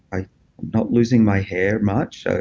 i'm not losing my hair much.